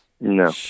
No